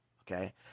okay